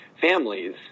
families